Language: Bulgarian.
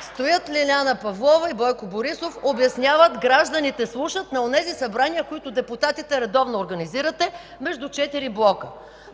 Стоят Лиляна Павлова и Бойко Борисов, обясняват, гражданите слушат – на онези събрания, които депутатите редовно организирате, между четири блока.